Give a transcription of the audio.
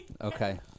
Okay